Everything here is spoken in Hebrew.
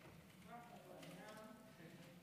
חמש דקות.